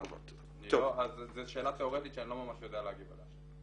--- אז זו שאלה תיאורטית שאני לא ממש יודע להגיב עליה.